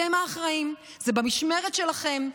אתם האחראים, זה במשמרת שלכם.